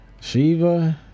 Shiva